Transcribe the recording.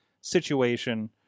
situation